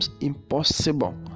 impossible